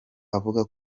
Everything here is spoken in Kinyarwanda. avuga